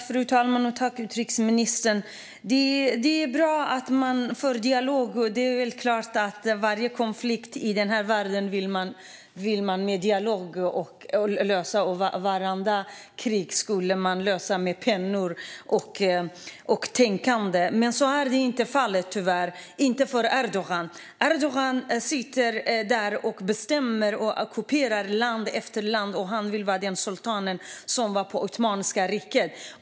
Fru talman! Tack för svaret, utrikesministern! Det är bra att man för dialog, och det är klart att man vill lösa varje konflikt i den här världen med dialog. Man skulle vilja få slut på vartenda krig med pennor och tänkande. Men så är tyvärr inte fallet - inte för Erdogan. Erdogan sitter där och bestämmer och ockuperar land efter land. Han vill vara den sultan som fanns i Ottomanska riket.